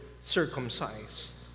circumcised